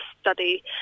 study